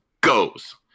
goes